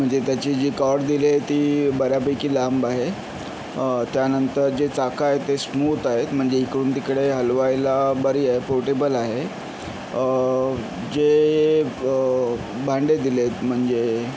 म्हणजे त्याची जी कॉड दिली आहे ती बऱ्यापैकी लांब आहे त्यानंतर जे चाकं आहेत ते स्मूत आहेत म्हणजे इकडून तिकडे हलवायला बरी आहे पोर्टेबल आहे जे ब भांडे दिलेत म्हणजे